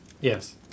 Yes